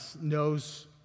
knows